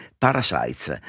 parasites